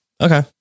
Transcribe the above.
Okay